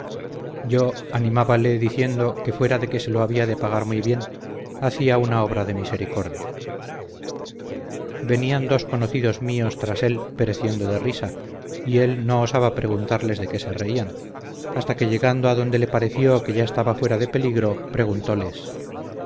yo animábale diciendo que fuera de que se lo había de pagar muy bien hacía una obra de misericordia venían dos conocidos míos tras él pereciendo de risa y él no osaba preguntarles de qué se reían hasta que llegando a donde le pareció que ya estaba fuera de peligro preguntoles